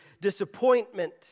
disappointment